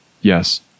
Yes